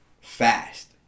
fast